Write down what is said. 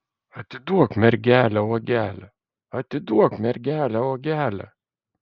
atiduok mergelę uogelę atiduok mergelę uogelę